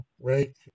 right